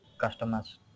customers